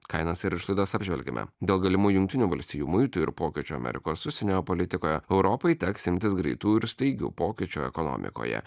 kainas ir išlaidas apžvelgėme dėl galimų jungtinių valstijų muitų ir pokyčių amerikos užsienio politikoje europai teks imtis greitų ir staigių pokyčių ekonomikoje